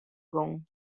gongen